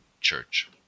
church